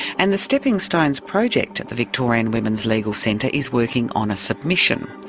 and the stepping stones project at the victorian women's legal centre is working on a submission.